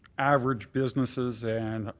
average businesses and